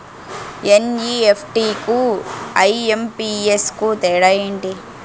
NEFT కు IMPS కు తేడా ఎంటి?